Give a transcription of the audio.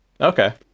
okay